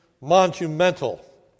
monumental